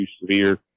severe